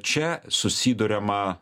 čia susiduriama